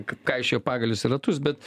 kaišioja pagalius į ratus bet